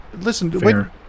Listen